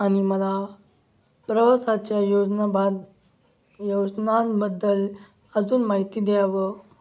आणि मला प्रवासाच्या योजनाबाद योजनांबद्दल अजून माहिती द्यावं